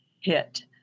hit